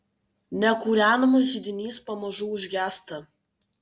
nekūrenamas židinys pamažu užgęsta